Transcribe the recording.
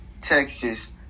Texas